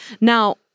Now